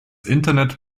internet